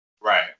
Right